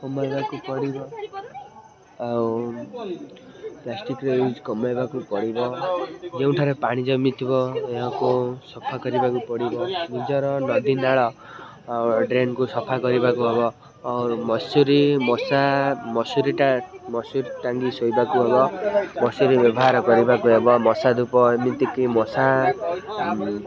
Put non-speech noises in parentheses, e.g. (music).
କମାଇବାକୁ ପଡ଼ିବ ଆଉ ପ୍ଲାଷ୍ଟିକ୍ର ୟ୍ୟୁଜ୍ କମାଇବାକୁ ପଡ଼ିବ ଯେଉଁଠାରେ ପାଣି ଜମିଥିବ ଏହାକୁ ସଫା କରିବାକୁ ପଡ଼ିବ ନିଜର ନଦୀନାଳ (unintelligible) ଡ୍ରେନକୁ ସଫା କରିବାକୁ ହେବ ଆଉ ମଶାରି ମଶା ମଶାରିଟା ମଶାରି ଟାଙ୍ଗି ଶୋଇବାକୁ ହେବ ମଶାରି ବ୍ୟବହାର କରିବାକୁ ହେବ ମଶା ଧୂପ ଏମିତିକି ମଶା